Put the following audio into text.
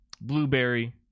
Blueberry